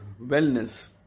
wellness